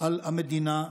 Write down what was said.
על המדינה,